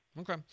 Okay